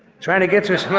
trying to get through